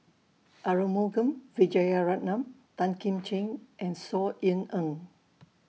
Arumugam Vijiaratnam Tan Kim Ching and Saw Ean Ang